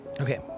Okay